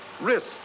Risk